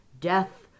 death